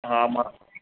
हा मां